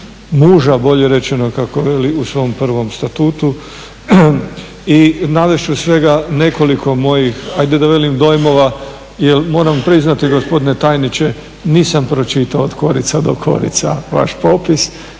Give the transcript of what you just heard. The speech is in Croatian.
muža bolje rečeno kako veli u svom prvom statutu. I navest ću svega nekoliko mojih ajde da velim dojmova jer moram priznati gospodine tajniče nisam pročitao od korica do korica vaš popis